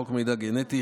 52. חוק מידע גנטי,